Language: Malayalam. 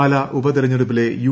പാലാ ഉപതെരഞ്ഞെടുപ്പിലെ യു